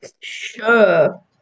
Sure